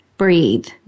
breathe